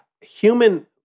human